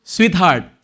Sweetheart